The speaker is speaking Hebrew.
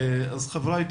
אז חבריי,